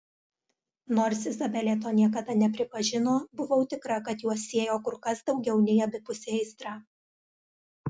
nors izabelė to niekada nepripažino buvau tikra kad juos siejo kur kas daugiau nei abipusė aistra